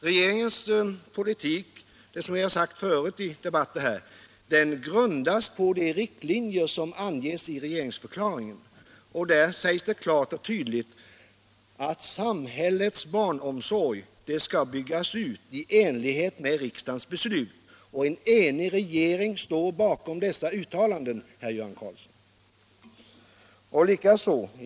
Regeringens politik grundas, som vi har sagt förut i debatter här, på de riktlinjer som anges i regeringsförklaringen, och där sägs klart och tydligt att samhällets barnomsorg skall byggas ut i enlighet med riksdagens beslut. En enig regering står bakom dessa uttalanden, herr Göran Karlsson.